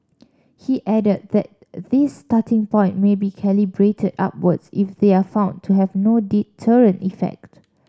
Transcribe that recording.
he added that this starting point may be calibrated upwards if they are found to have no deterrent effect